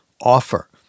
offer